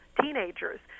teenagers